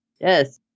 Yes